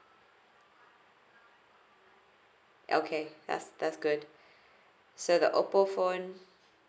okay that's that's good so the oppo phone